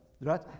right